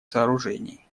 сооружений